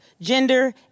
gender